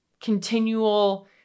continual